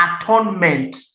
atonement